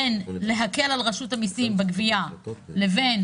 בין להקל על רשות המיסים בגבייה לבין